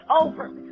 over